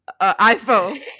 iPhone